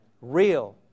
Real